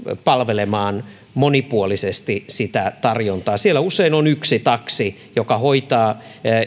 palvelemaan monipuolisesti sitä tarjontaa siellä usein on yksi taksi joka hoitaa